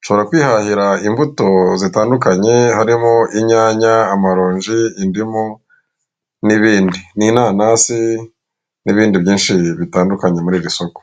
ushobora kwihahira imbuto zitandukanye harimo inyanya, amaronji, indimu n'ibindi, n'inanasi n'ibindi byinshi bitandukanye muri iri isoko.